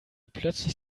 plötzlich